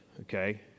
okay